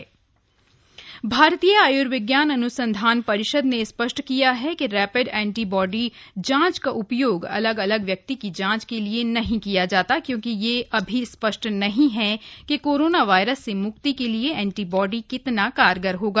rapid test भारतीय आयुर्विज्ञान अनुसंधान परिषद ने स्पष्ट किया है कि रैपिड एंटी बॉडी जांच का उपयोग अलग अलग व्यक्ति की जांच के लिए नहीं किया जाता क्योंकि अभी यह स्पष्ट नहीं है कि कोरोना वायरस से मुक्ति के लिए एंटी बॉडी कितना कारगर होगा